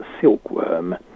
Silkworm